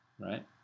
right